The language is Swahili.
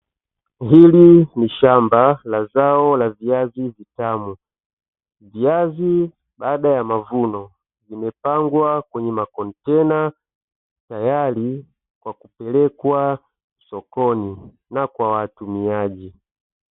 Hili ni shamba la zao la viazi vitamu. Viazi baada ya mavuno vimepangwa kwenye makontena tayari kwa kupelekwa sokoni na kwa watumiaji.